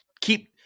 Keep